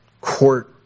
court